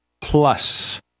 plus